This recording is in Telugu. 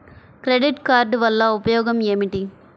క్రెడిట్ కార్డ్ వల్ల ఉపయోగం ఏమిటీ?